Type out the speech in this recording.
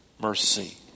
mercy